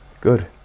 good